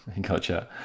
Gotcha